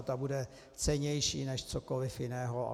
Ta bude cennější než cokoliv jiného.